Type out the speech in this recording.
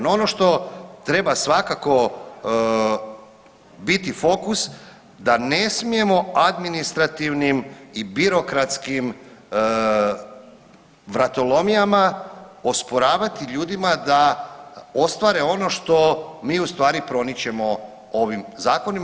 No, ono što treba svakako biti fokus da ne smijemo administrativnim i birokratskim vratolomijama osporavati ljudima da ostvare ono što mi u stvari promičemo ovim zakonima.